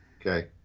Okay